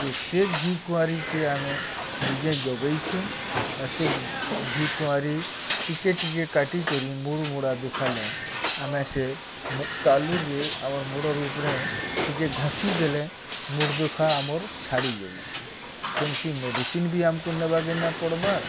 ଯେ ସେ ଘିକୁଆଁରିକେ ଆମେ ନିଜେ ଜଗେଇଛୁଁ ଆଉ ସେ ଘିକୁଆଁରି ଟିକେ ଟିକେ କାଟିକରି ମୁଡ଼୍ମୁଡ଼ା ଦୁଖାଲେ ଆମେ ସେ ତାଲୁରେ ଆମର୍ ମୁଡ଼୍ ଉପ୍ରେ ଟିକେ ଘଷିଦେଲେ ମୁଡ଼୍ ଦୁଖା ଆମର୍ ଛାଡ଼ିଯାଉଛେ କେନ୍ସି ମେଡ଼ିସିନ୍ ବି ଆମ୍କୁ ନେବାକେ ନାଇ ପଡ଼୍ବାର୍